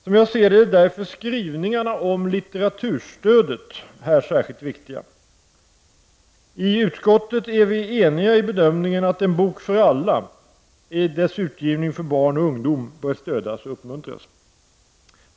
Som jag ser det är därför skrivningarna om litteraturstödet här särskilt viktiga. I utskottet är vi eniga i bedömningen att En bok för alla i dess utgivning för barnoch ungdom bör stödas och uppmuntras.